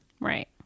Right